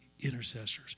intercessors